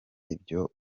ibyo